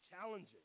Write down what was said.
challenging